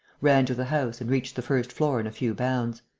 ran to the house and reached the first floor in a few bounds.